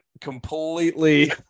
completely